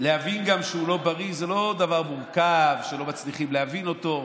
להבין שהוא לא בריא זה לא דבר מורכב שלא מצליחים להבין אותו,